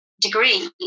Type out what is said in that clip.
degree